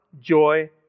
joy